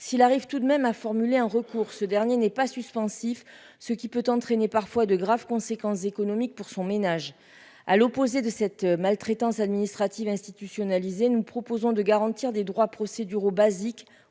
s'il arrive tout de même à formuler un recours, ce dernier n'est pas suspensif, ce qui peut entraîner parfois de graves conséquences économiques pour son ménage à l'opposé de cette maltraitance administrative institutionnalisé, nous proposons de garantir des droits procéduraux basique